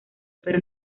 pero